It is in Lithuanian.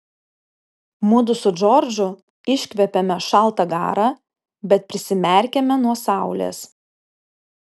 mudu su džordžu iškvepiame šaltą garą bet prisimerkiame nuo saulės